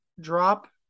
drop